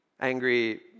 angry